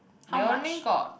they only got